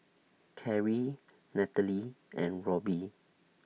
Karrie Nathaly and Robby